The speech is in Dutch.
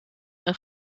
een